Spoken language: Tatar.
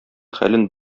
хәлен